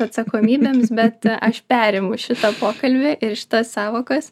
atsakomybėms bet aš perimu šitą pokalbį ir šitas sąvokas